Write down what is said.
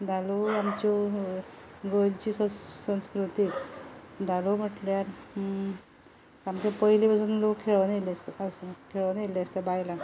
धालो आमच्यो गोंयची स संस्कृती धालो म्हटल्यार सामके पयली पासून लोक खेळून येयल्ले आसा खेळून येयल्ले आसता बायलां